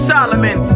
Solomon